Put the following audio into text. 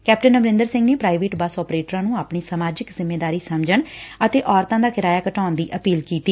captain Amarinder Singh ਨੇ private bus ਆਪਰੇਟਰਾ ਨੂੰ ਆਪਣੀ ਸਮਾਜਿਕ ਜਿੰਮੇਦਾਰੀ ਸਮਝਣ ਅਤੇ ਔਰਤਾ ਦਾ ਕਿਰਾਇਆ ਘਟਾਉਣ ਦੀ ਅਪੀਲ ਕੀਤੀ